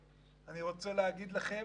אני רוצה להגיד לכם